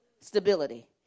Stability